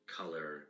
color